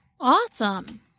Awesome